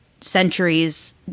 centuries